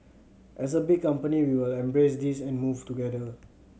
as a big company we will embrace this and move together